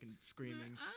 screaming